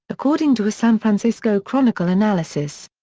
according to a san francisco chronicle analysis.